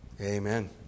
amen